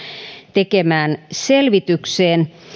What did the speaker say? tekemään selvitykseen